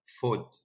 food